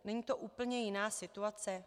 Není to úplně jiná situace?